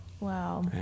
Wow